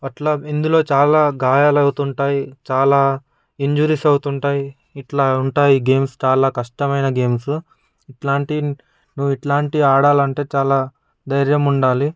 అట్ల ఇందులో చాలా గాయాలు అవుతుంటాయి చాలా ఇంజురీస్ అవుతుంటాయి ఇట్లా ఉంటాయి గేమ్స్ చాలా కష్టమైన గేమ్స్ ఇట్లాంటివి నువ్వు ఇట్లాంటివి ఆడాలంటే చాలా ధైర్యం ఉండాలి